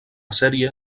sèrie